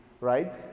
right